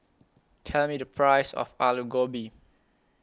Tell Me The Price of Alu Gobi